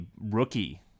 rookie